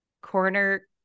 corner